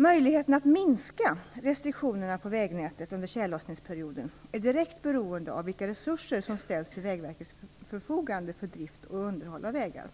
Möjligheten att minska restriktionerna på vägnätet under tjällossningsperioden är direkt beroende av vilka resurser som ställs till Vägverkets förfogande för drift och underhåll av vägar.